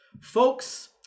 Folks